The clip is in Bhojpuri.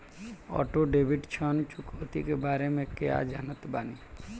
ऑटो डेबिट ऋण चुकौती के बारे में कया जानत बानी?